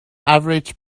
average